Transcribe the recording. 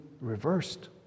reversed